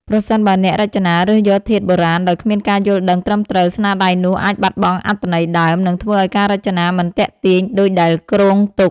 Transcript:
ប្រសិនបើអ្នករចនារើសយកធាតុបុរាណដោយគ្មានការយល់ដឹងត្រឹមត្រូវ ស្នាដៃនោះអាចបាត់បង់អត្ថន័យដើម និងធ្វើឲ្យការរចនាមិនទាក់ទាញដូចដែលគ្រោងទុក។